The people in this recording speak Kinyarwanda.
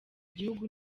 igihugu